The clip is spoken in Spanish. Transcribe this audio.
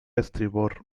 estribor